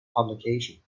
publication